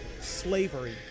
Slavery